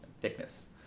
thickness